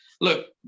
look